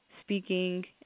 speaking